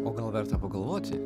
o gal verta pagalvoti